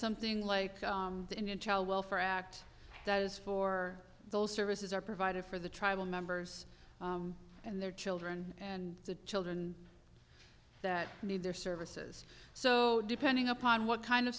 something like the indian child welfare act that is for those services are provided for the tribal members and their children and the children that need their services so depending upon what kind of